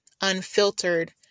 unfiltered